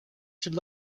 should